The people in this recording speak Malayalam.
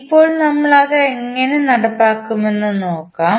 ഇപ്പോൾ നമ്മൾ അത് എങ്ങനെ നടപ്പാക്കുമെന്ന് നോക്കാം